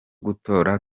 gutora